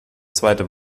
zweite